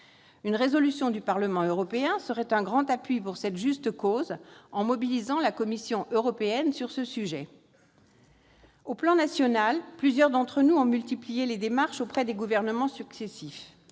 Une résolution du Parlement européen apporterait un grand appui à cette juste cause, en mobilisant la Commission européenne sur le sujet. Au plan national, plusieurs d'entre nous ont multiplié les démarches auprès des gouvernements successifs.